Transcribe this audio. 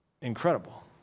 incredible